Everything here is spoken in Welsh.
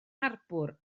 harbwr